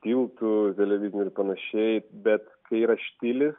tiltų televizinių ir panašiai bet kai yra štilis